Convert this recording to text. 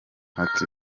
ati